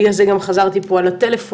בגלל זה גם חזרתי על הטלפון,